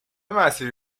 مسیری